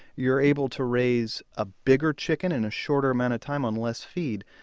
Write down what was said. you were able to raise a bigger chicken in a shorter amount of time on less feed.